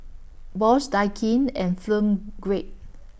Bosch Daikin and Film Grade